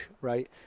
right